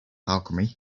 alchemy